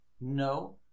No